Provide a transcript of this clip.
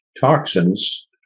toxins